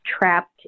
trapped